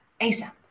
ASAP